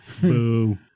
Boo